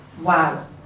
wow